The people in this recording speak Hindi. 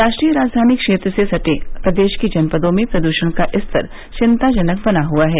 राष्ट्रीय राजधानी क्षेत्र से सटे प्रदेश के जनपदों में प्रदूषण का स्तर चिन्ताजनक बना हुआ है